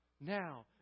now